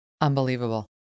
Unbelievable